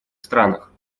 странах